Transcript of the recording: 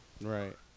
Right